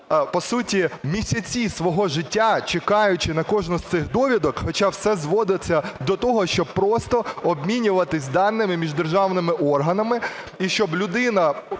по суті місяці свого життя, чекаючи на кожну з цих довідок, хоча все зводиться до того, щоб просто обмінюватись даними між державними органами. І щоб людина